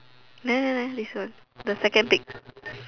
there there there this one the second pic